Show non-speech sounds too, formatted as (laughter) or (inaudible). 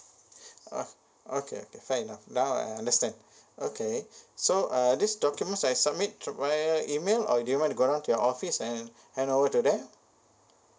(breath) ah okay fair enough now I understand okay so uh this documents I submit to via email or do you want to go down to your office and hand over to there